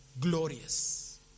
glorious